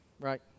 right